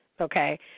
okay